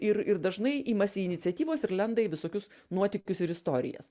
ir ir dažnai imasi iniciatyvos ir lenda į visokius nuotykius ir istorijas